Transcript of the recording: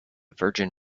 virgin